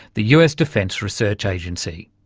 the us defence research agency.